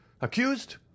Accused